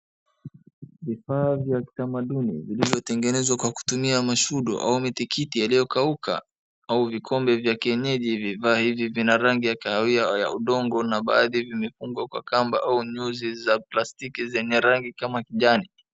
Vifaa vya kitamaduni, vilivyotengenezwa kwa kutumia mashudo, au mitikiti yaliyo kauka, au vikombe vya kienyeji. Vifaa hivi vina rangi ya kahawia, ya udongo na baadhi vimefungwa kwa kamba, au nyuzi za plastiki zenye rangi kama kijani.